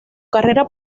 carrera